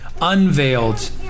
unveiled